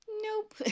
nope